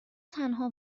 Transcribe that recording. تنها